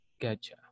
Gotcha